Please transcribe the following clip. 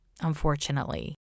unfortunately